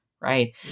right